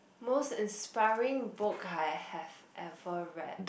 most inspiring book I have ever read